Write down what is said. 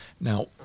Now